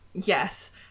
Yes